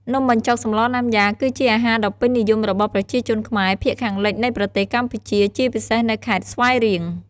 នំបញ្ចុកសម្លណាំយ៉ា គឺជាអាហារដ៏ពេញនិយមរបស់ប្រជាជនខ្មែរភាគខាងលិចនៃប្រទេសកម្ពុជា ជាពិសេសនៅខេត្តស្វាយរៀង។